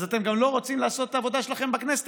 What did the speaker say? אז אתם גם לא רוצים לעשות את העבודה שלכם בכנסת.